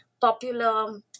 popular